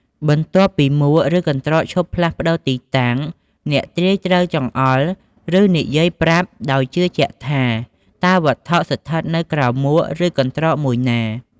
បន្ទាប់ពីមួក ឬកន្ត្រកឈប់ផ្លាស់ប្ដូរទីតាំង អ្នកទាយត្រូវចង្អុល ឬនិយាយប្រាប់ដោយជឿជាក់ថា តើវត្ថុស្ថិតនៅក្រោមមួក ឬកន្ត្រកមួយណា។